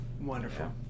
wonderful